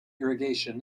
irrigation